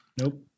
Nope